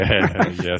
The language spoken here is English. yes